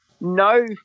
no